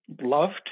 loved